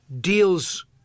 deals